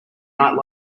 night